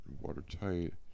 Watertight